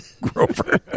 Grover